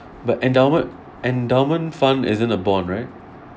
but endowment endowment fund isn't a bond right